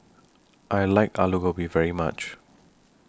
I like Alu Gobi very much